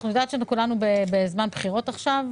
אני יודעת שכולנו בזמן בחירות עכשיו,